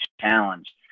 challenge